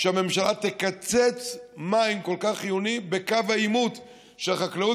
שהממשלה תקצץ מים כל כך חיוניים בקו העימות כשהחקלאות